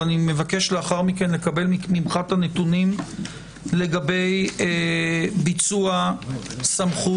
אבל אני מבקש לאחר מכן לקבל ממך את הנתונים לגבי ביצוע סמכות,